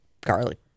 garlic